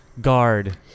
guard